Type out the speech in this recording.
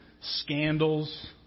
scandals